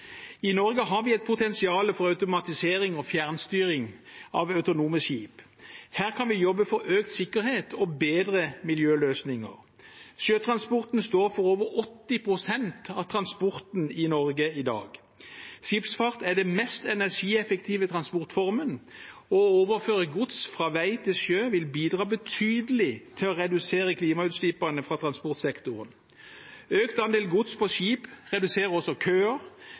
I Norge har vi et potensial for automatisering og fjernstyring av autonome skip. Her kan vi jobbe for økt sikkerhet og bedre miljøløsninger. Sjøtransporten står for over 80 pst. av transporten i Norge i dag. Skipsfart er den mest energieffektive transportformen. Å overføre gods fra vei til sjø vil bidra betydelig til å redusere klimautslippene fra transportsektoren. Økt andel gods på skip reduserer også køer